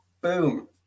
Boom